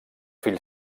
fill